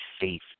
safe